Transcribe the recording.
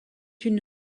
une